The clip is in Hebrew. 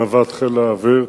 נווט חיל האוויר,